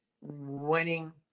winning